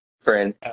friend